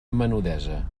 menudesa